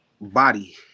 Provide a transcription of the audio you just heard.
Body